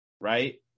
right